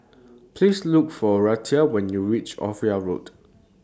Please Look For Reatha when YOU REACH Ophir Road